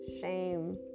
shame